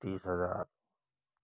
तीस हज़ार